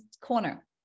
corner